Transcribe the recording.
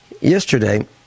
Yesterday